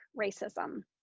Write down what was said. racism